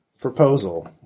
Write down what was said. proposal